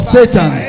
Satan